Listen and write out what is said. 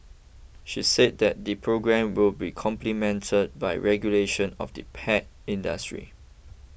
she said that the programme will be complemented by regulation of the pet industry